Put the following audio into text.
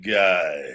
guy